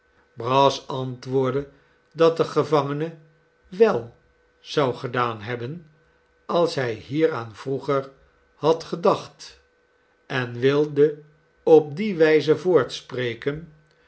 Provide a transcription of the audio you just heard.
brass antwoordde dat de gevangene wel zou gedaan hebben als hij hieraan vroeger had gedacht en wilde op die wijze voortspreken